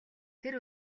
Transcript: тэр